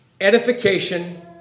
edification